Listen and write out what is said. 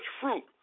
fruit